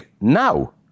now